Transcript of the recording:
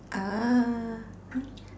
ah